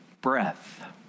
breath